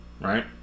Right